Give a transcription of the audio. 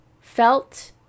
felt